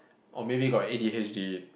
or maybe got A_D_H_D